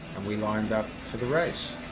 and we lined up for the race.